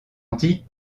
antiques